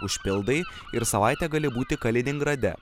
užpildai ir savaitę gali būti kaliningrade